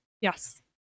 Yes